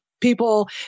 people